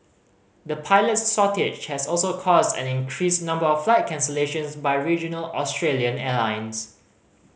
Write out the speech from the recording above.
the pilot shortage has also caused an increased number of flight cancellations by regional Australian airlines